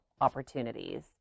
opportunities